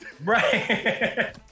Right